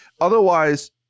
otherwise